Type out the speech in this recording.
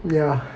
yeah